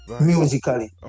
musically